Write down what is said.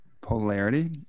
polarity